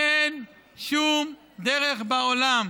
אין שום דרך בעולם